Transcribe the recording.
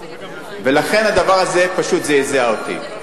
לכן, הדבר הזה פשוט זעזע אותי.